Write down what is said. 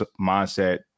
mindset